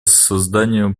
созданию